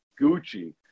Gucci